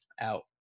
out